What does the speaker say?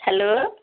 hello